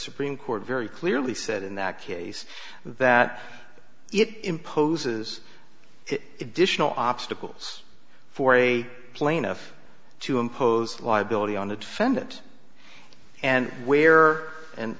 supreme court very clearly said in that case that it imposes it dish no obstacles for a plaintiff to impose liability on the defendant and where and